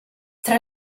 tra